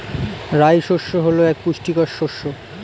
রাই শস্য হল এক পুষ্টিকর শস্য